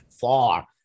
far